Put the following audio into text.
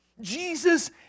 Jesus